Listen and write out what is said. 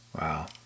Wow